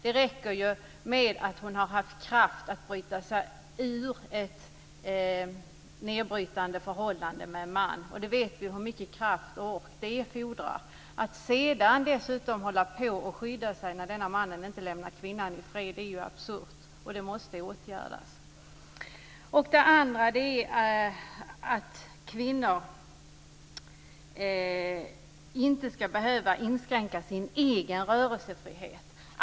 Det räcker med att hon haft kraft att bryta sig ur ett nedbrytande förhållande med en man, och vi vet hur mycket kraft och ork det fordrar. Att sedan dessutom behöva skydda sig när mannen inte lämnar kvinnan ifred är ju absurt och måste åtgärdas. Det andra är att kvinnor inte ska behöva inskränka sin egen rörelsefrihet.